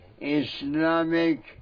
Islamic